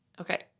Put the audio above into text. Okay